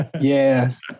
Yes